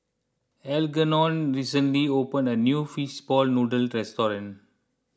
Algernon recently opened a new Fish Ball Noodles Restaurant